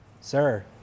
sir